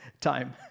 time